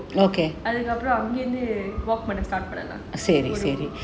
அதுக்கு அப்புறம் அங்க இருந்து பண்ணலாம்:athuku appuram anga irunthu pannalaam